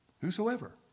Whosoever